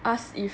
ask if